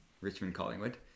Richmond-Collingwood